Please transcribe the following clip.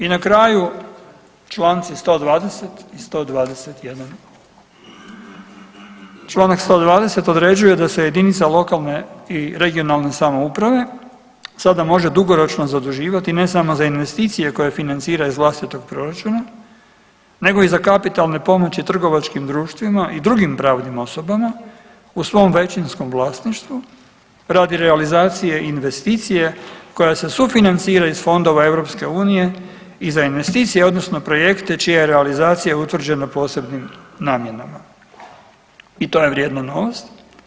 I na kraju, čl. 120 i 121, čl. 120 određuje da se jedinice lokalne i regionalne samouprave sada može dugoročno zaduživati i ne samo za investicije koje financira iz vlastitog proračuna, nego i za kapitalne pomoći trgovačkim društvima i drugim pravnim osobama u svom većinskom vlasništvu radi realizacije investicije koja se sufinancira iz fondova EU i za investicije, odnosno projekte čija je realizacija utvrđena posebnim namjenama i to je vrijedna novost.